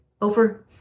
over